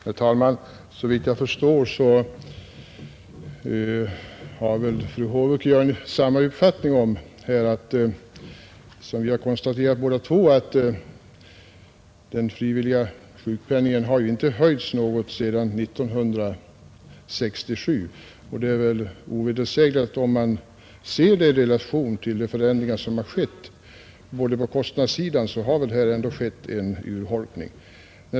Herr talman! Såvitt jag förstår har fru Håvik och jag samma uppfattning, nämligen att — som vi har konstaterat båda två — den frivilliga sjukpenningen inte har höjts något sedan 1967. Om man ser den i relation till de förändringar som har ägt rum på kostnadssidan, är det väl ovedersägligt att här har skett en urholkning.